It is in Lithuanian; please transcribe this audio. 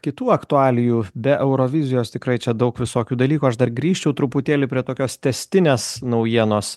kitų aktualijų be eurovizijos tikrai čia daug visokių dalykų aš dar grįžčiau truputėlį prie tokios tęstinės naujienos